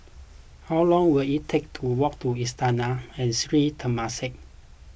how long will it take to walk to Istana and Sri Temasek